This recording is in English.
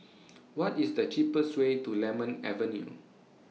What IS The cheapest Way to Lemon Avenue